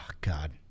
God